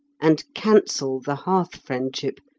and cancel the hearth-friendship,